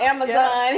Amazon